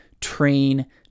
Train